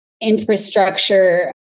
infrastructure